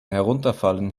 herunterfallen